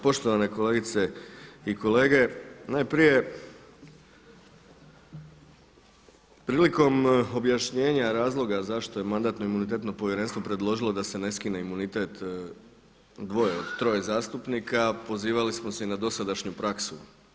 Poštovane kolegice i kolege najprije prilikom objašnjenja razloga zašto je Mandatno-imunitetno povjerenstvo predložilo da se ne skine imunitet dvoje od troje zastupnika pozivali smo se i dosadašnju praksu.